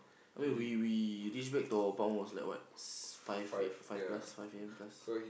when we we reach back to our apartment was like what s~ five A five plus five A_M plus